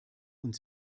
und